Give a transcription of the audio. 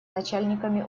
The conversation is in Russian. начальниками